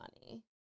money